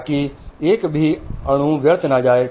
ताकि एक भी अणु व्यर्थ न जाए